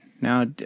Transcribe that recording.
Now